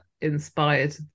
inspired